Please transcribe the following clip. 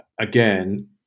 again